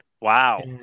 wow